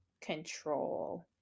control